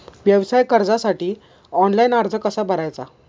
व्यवसाय कर्जासाठी ऑनलाइन अर्ज कसा भरायचा?